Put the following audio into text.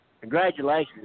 congratulations